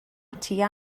tua